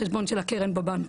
החשבון של הקרן בבנק.